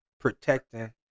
protecting